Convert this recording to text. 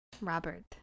Robert